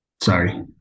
Sorry